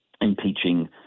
impeaching